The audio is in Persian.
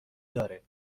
داره